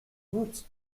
doute